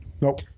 Nope